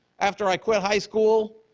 after i quit high school,